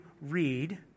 read